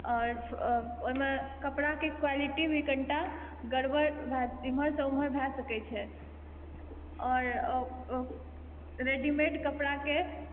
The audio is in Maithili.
आओर ओहिमे कपड़ाके क्वालिटी भी कनिटा गड़बड़ भए इमहरसँ उमहर भए सकै छै आओर रेडीमेड कपड़ा के